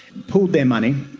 pooled their money,